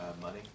money